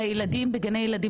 הרי ילדים בגני ילדים,